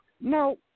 No